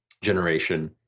generation,